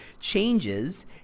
changes